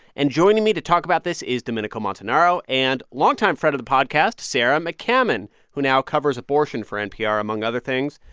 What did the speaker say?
and joining me to talk about this is domenico montanaro and longtime friend of the podcast sarah mccammon, who now covers abortion for npr, among other things.